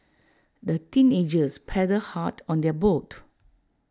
the teenagers paddled hard on their boat